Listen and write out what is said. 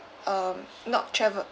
um not travel